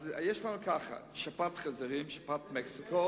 אז יש לנו ככה: שפעת החזירים, שפעת מקסיקו,